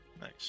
Nice